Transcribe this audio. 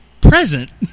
Present